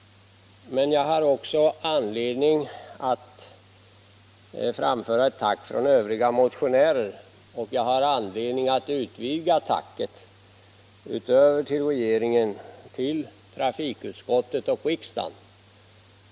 Men jag har också anledning att framföra ett tack från övriga motionärer, och jag vill utvidga tacket till — utöver regeringen —- trafikutskottet och riksdagen.